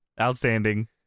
Outstanding